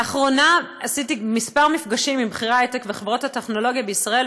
לאחרונה עשיתי כמה מפגשים עם בכירי ההיי-טק וחברות הטכנולוגיה בישראל,